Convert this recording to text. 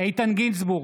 איתן גינזבורג,